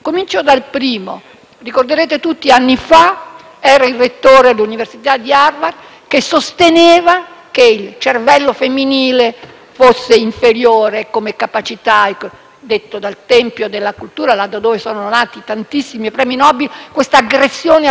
fa il rettore dell'università di Harvard sosteneva che il cervello femminile fosse inferiore come capacità. Detto dal tempio della cultura, dove sono nati tantissimi premi Nobel, questa aggressione al femminile risultava francamente svalutante.